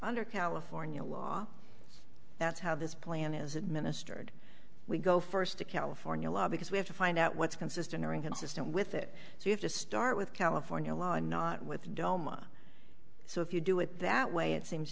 under california law that's how this plan is administered we go first to california law because we have to find out what's consistent or inconsistent with it so you have to start with california law and not with doma so if you do it that way it seems